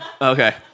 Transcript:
Okay